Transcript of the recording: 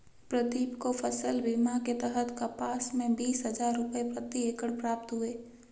प्रदीप को फसल बीमा के तहत कपास में बीस हजार रुपये प्रति एकड़ प्राप्त हुए